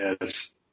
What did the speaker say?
Yes